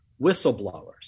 whistleblowers